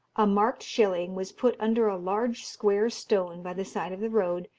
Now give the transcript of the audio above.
a marked shilling was put under a large square stone by the side of the road,